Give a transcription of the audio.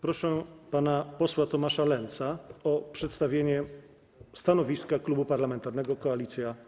Proszę pana posła Tomasza Lenza o przedstawienie stanowiska Klubu Parlamentarnego Koalicja